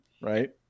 right